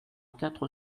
quatre